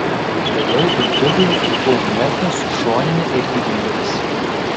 vėliau virtuvėje kepu omletą su šonine ir grybais